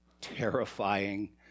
terrifying